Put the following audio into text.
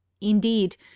indeed